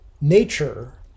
nature